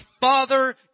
Father